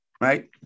Right